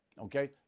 Okay